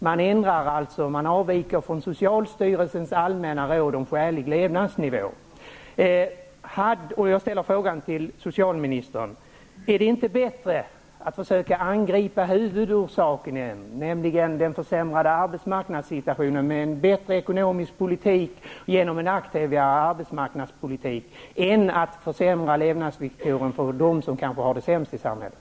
Man avviker alltså från socialstyrelsens allmänna råd om skälig levnadsnivå. Jag vill fråga socialministern: Är det inte bättre att angripa huvudorsaken, den försämrade arbetsmarknadssituationen, med en bättre ekonomisk politik och med en aktivare arbetsmarknadspolitik än att försämra levnadsvillkoren för dem som kanske har det sämst i samhället?